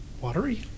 watery